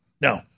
no